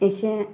एसे